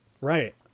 Right